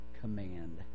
command